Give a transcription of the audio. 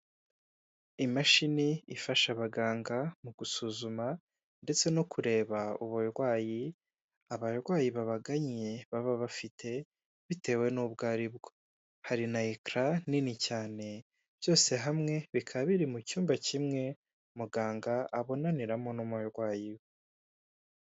Imashini ifasha abaganga mu gusuzuma ndetse no kureba uburwayi abarwayi babaganye baba bafite bitewe n'ubwo aribwo hari na ekara nini cyane byose hamwe bikaba biri mu cyumba kimwe muganga abonaniramo n'umubarwayi we.